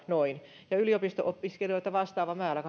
noin kahdeksankymmentäkolmetuhatta ja yliopisto opiskelijoita vastaava määrä